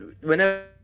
whenever